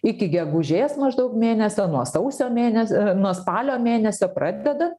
iki gegužės maždaug mėnesio nuo sausio mėnesio nuo spalio mėnesio pradedat